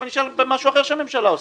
אני אשאל משהו אחר שהממשלה עושה.